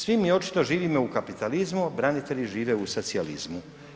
Svi mi očito živimo u kapitalizmu, branitelji žive u socijalizmu.